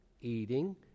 eating